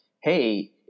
hey